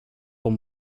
pour